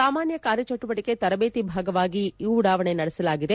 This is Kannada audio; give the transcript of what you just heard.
ಸಾಮಾನ್ನ ಕಾರ್ಯಚಟುವಟಿಕೆ ತರಬೇತಿ ಭಾಗವಾಗಿ ಈ ಉಡಾವಣೆ ನಡೆಸಲಾಗಿದೆ